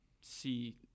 see